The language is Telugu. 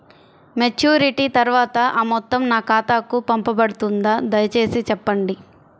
మెచ్యూరిటీ తర్వాత ఆ మొత్తం నా ఖాతాకు పంపబడుతుందా? దయచేసి చెప్పండి?